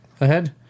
ahead